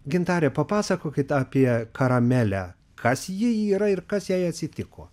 gintare papasakokite apie karamelę kas ji yra ir kas jai atsitiko